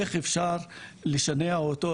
איך אפשר לשנע אותו?